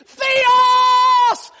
Theos